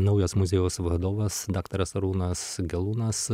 naujas muziejaus vadovas daktaras arūnas gelūnas